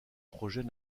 projets